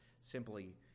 simply